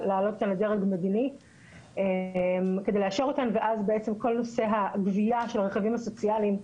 לעלות לדרג המדיני כדי לאשר אותן ואז כל הגבייה של הרכיבים הסוציאליים,